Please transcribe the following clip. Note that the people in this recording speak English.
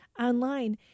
online